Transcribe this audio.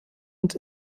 und